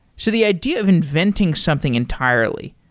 so the idea of inventing something entirely,